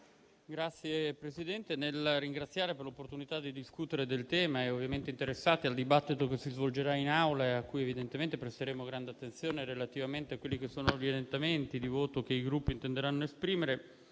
Signor Presidente, nel ringraziare per l'opportunità di discutere del tema e ovviamente interessato al dibattito che si svolgerà in Aula e a cui evidentemente presterà grande attenzione relativamente agli orientamenti di voto che i Gruppi intenderanno esprimere,